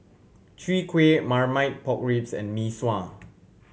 Chwee Kueh Marmite Pork Ribs and Mee Sua